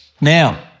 Now